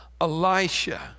Elisha